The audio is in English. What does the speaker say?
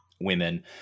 women